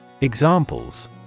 Examples